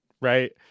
right